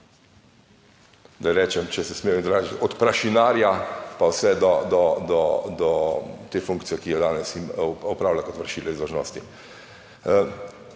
da rečem, če se smem izraziti, od Prašinarja pa vse do te funkcije, ki jo danes opravlja kot vršilec dolžnosti.